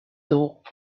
took